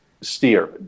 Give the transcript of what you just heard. steer